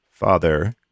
father